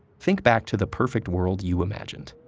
think back to the perfect world you imagined.